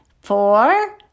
four